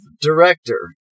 director